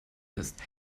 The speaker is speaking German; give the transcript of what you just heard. ist